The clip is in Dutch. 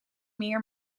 meer